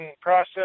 process